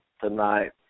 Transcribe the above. tonight